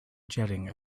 jetting